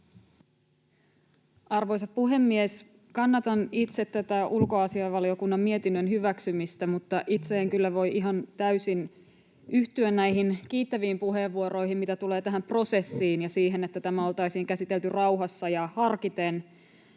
Arvoisa puhemies! Kannatan itse ulkoasiainvaliokunnan mietinnön hyväksymistä, mutta itse en kyllä voi ihan täysin yhtyä näihin kiittäviin puheenvuoroihin, mitä tulee tähän prosessiin ja siihen, että tämä oltaisiin käsitelty rauhassa ja harkiten.